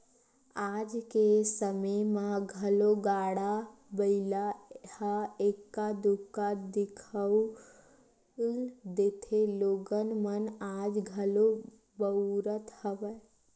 आज के समे म घलो गाड़ा बइला ह एक्का दूक्का दिखउल देथे लोगन मन आज घलो बउरत हवय